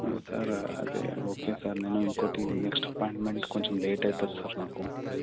sir అది okay sir నేను ఇంకోటి నెక్స్ట్ అపాయింట్మెంట్ కొంచెం లేట్ అవుతుంది సార్ నాకు